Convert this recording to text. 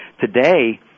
today